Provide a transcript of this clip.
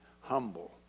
humble